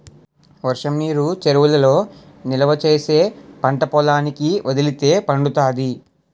వర్షంనీరు చెరువులలో నిలవా చేసి పంటపొలాలకి వదిలితే పండుతాది